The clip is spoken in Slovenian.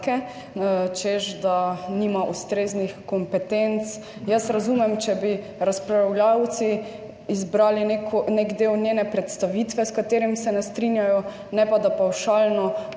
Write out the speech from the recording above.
češ da nima ustreznih kompetenc. Jaz razumem, če bi razpravljavci izbrali nek del njene predstavitve s katerim se ne strinjajo, ne pa, da pavšalno